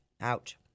Ouch